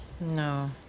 No